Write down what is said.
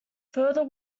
further